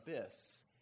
abyss